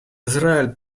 израиль